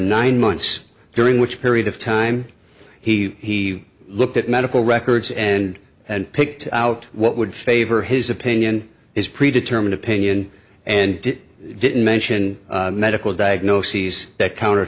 nine months during which period of time he looked at medical records and and picked out what would favor his opinion is pre determined opinion and it didn't mention medical diagnoses that counter